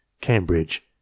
Cambridge